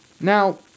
Now